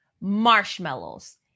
marshmallows